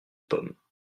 pommes